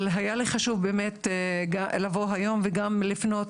אבל היה לי חשוב באמת לבוא היום וגם לפנות